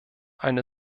eine